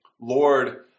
Lord